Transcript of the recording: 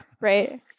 Right